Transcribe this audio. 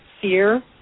fear